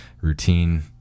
routine